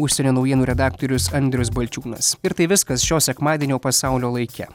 užsienio naujienų redaktorius andrius balčiūnas ir tai viskas šio sekmadienio pasaulio laike